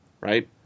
right